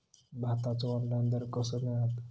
भाताचो ऑनलाइन दर कसो मिळात?